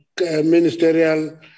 ministerial